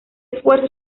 esfuerzo